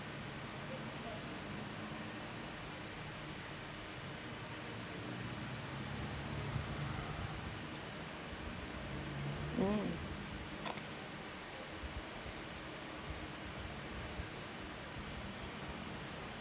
mm